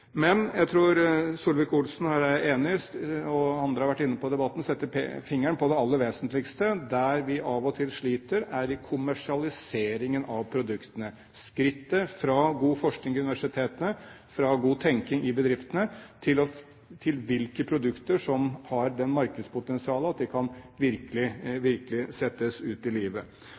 Men jeg tror Solvik-Olsen og jeg her er enige, og andre har vært inne på det i debatten og setter fingeren på det aller vesentligste: Der vi av og til sliter, er i kommersialiseringen av produktene – skrittet fra god forskning ved universitetene, fra god tenkning i bedriftene, til hvilke produkter som har det markedspotensialet at de virkelig kan settes ut i livet.